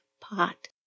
pot